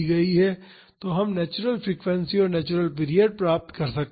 तो हम natural frequency और नेचुरल पीरियड पा सकते हैं